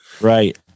Right